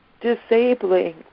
disabling